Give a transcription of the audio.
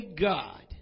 God